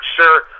sure